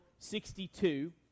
62